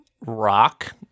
rock